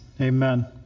Amen